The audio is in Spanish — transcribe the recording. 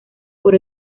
por